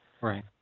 Right